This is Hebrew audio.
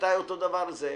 ואתה אותו דבר זה,